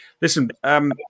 Listen